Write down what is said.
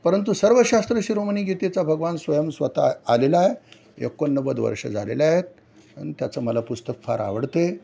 परंतु सर्वशास्त्र शिरोमणी गीतेचा भगवान स्वयं स्वत आलेला आहे एकोणनव्वद वर्षं झालेले आहे आणि त्याचं मला पुस्तक फार आवडते